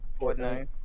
Fortnite